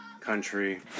country